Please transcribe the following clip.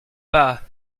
pas